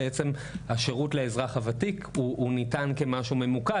בעצם השירות לאזרח הוותיק הוא ניתן כמשהו ממוקד,